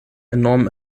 enorm